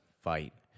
fight